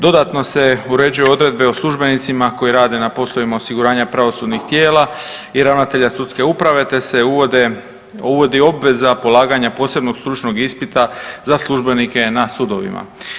Dodatno se uređuju Odredbe o službenicima koji rade na poslovima osiguranja pravosudnih tijela i Ravnatelja sudske uprave, te se uvode, uvodi obveza polaganja posebnog stručnog ispita za službenike na sudovima.